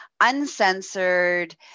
uncensored